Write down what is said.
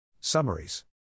Summaries